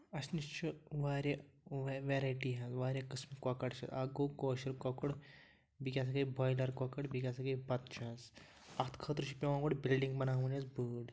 اَسہِ نِش چھِ واریاہ وَے وٮ۪رایٹی حظ واریاہ قٕسمٕکۍ کۄکَر چھِ اَکھ گوٚو کٲشُر کۄکُر بیٚیہِ کیٛاہ سا گٔے بایلَر کۄکٕر بیٚیہِ کیٛاہ سا گٔے بَتچہِ حظ اَتھ خٲطرٕ چھِ پٮ۪وان گۄڈٕ بِلڈِنٛگ بَناوٕنۍ حظ بٔڑ